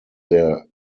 their